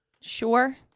Sure